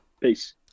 peace